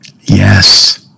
Yes